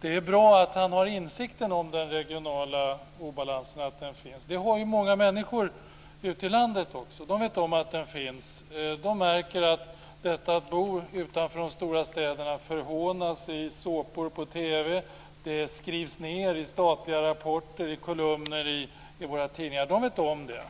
Det är bra att han har insikten om den regionala obalansen. Det har många människor ute i landet också. Det vet om att den finns. De märker att detta att bo utanför de stora städerna förhånas i såpor på TV, det skrivs ned i statliga rapporter, i kolumner i våra tidningar. De vet om det.